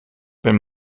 wenn